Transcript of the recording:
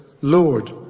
Lord